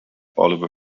oliver